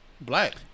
black